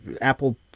apple